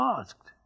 asked